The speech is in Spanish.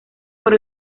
por